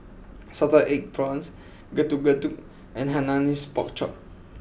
Salted Egg Prawns Getuk Getuk and Hainanese Pork Chop